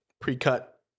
pre-cut